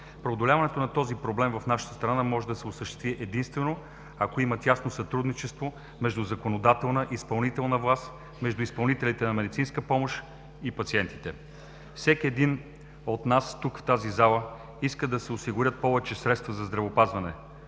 Преодоляването на този проблем в нашата страна може да се осъществи единствено ако има тясно сътрудничество между законодателна, изпълнителна власт, между изпълнителите на медицинска помощ и пациентите. Всеки от един от нас тук, в тази зала, иска да се осигурят повече средства за здравеопазване,